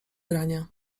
grania